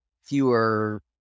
fewer